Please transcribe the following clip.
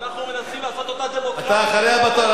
אתה אחריה בתור.